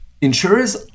Insurers